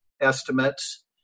estimates